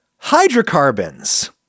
Hydrocarbons